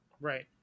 Right